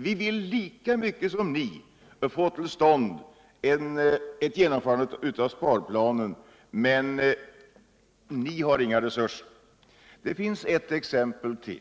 Vi vill lika mycket som ni få till stånd ett genomförande av sparplanen, men ni har inga resurser. Det finns et exempel till.